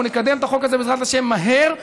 אנחנו נקדם את החוק הזה בעזרת השם מהר,